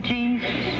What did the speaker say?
Jesus